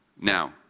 Now